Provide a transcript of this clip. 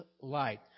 light